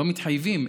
לא מתחייבים,